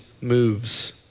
moves